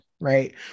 Right